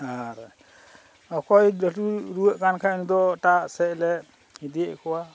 ᱟᱨ ᱚᱠᱚᱭ ᱞᱟᱹᱴᱩᱭ ᱨᱩᱣᱟᱹᱜ ᱠᱟᱱ ᱠᱷᱟᱱ ᱫᱚ ᱮᱴᱟᱜ ᱥᱮᱫᱞᱮ ᱤᱫᱤᱭᱮᱫ ᱠᱚᱣᱟ